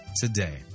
today